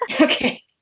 Okay